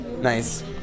nice